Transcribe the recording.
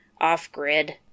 off-grid